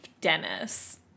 Dennis